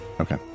Okay